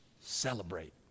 celebrate